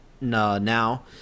now